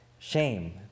Shame